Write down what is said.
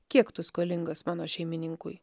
kiek tu skolingas mano šeimininkui